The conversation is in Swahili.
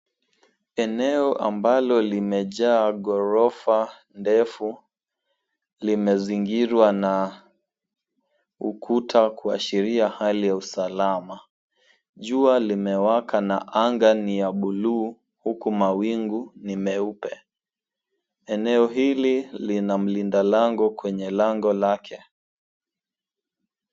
Eneo ambalo limejaa ghorofa ndefu limezingirwa na ukuta kuashiria hali ya usalama. Jua limewaka na anga ni ya buluu huku mawingu ni meupe. Eneo hili lina mlinda lango kwenye lango lake.